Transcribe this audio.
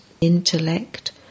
intellect